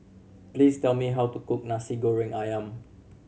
please tell me how to cook Nasi Goreng Ayam